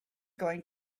going